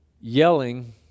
Yelling